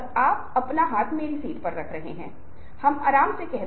तो यह वह जगह है जहाँ अनुनय बड़े पैमाने पर हो रहा है और वह वो जगह है जहाँ विज्ञापन आता है